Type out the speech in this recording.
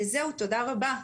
תודה רבה.